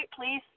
Please